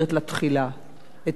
לתהליך לידתו של החוק.